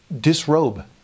disrobe